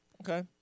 Okay